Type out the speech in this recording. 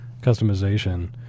customization